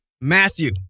Matthew